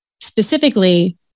specifically